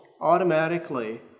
automatically